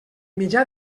mitjà